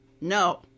no